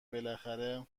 بالاخره